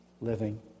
living